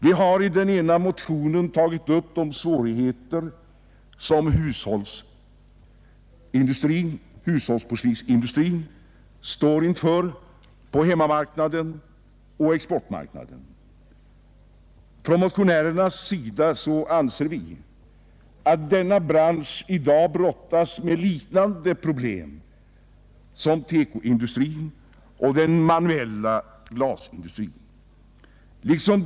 Vi har i den ena motionen tagit upp de svårigheter som hushållsporslinsindustrin står inför på hemmamarknaden och exportmarknaden. Vi motionärer anser att denna bransch i dag brottas med problem liknande dem som TEKO-industrin och den manuella glasindustrin har.